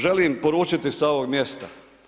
Želim poručiti sa ovog mjesta.